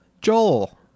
joel